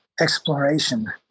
exploration